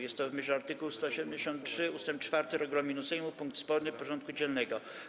Jest to, w myśl art. 173 ust. 4 regulaminu Sejmu, punkt sporny porządku dziennego.